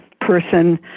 person